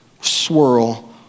swirl